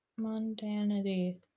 Mundanity